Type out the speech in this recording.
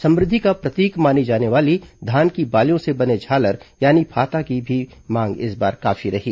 समृद्धि का प्रतीक मानी जाने वाली धान की बालियों से बने झालर यानि फाता की मांग भी इस बार काफी रही है